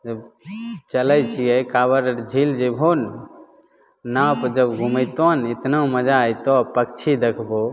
जब चलै छिए काँवड़ आओर झील जएबहो ने नाहपर जब घुमैतऽ ने एतना मजा अएतऽ पक्षी देखबहो